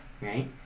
right